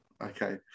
Okay